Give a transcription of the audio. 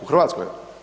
U Hrvatskoj?